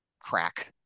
crack